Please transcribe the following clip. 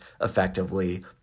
effectively